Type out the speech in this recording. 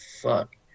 fuck